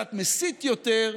קצת מסית יותר,